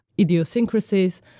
idiosyncrasies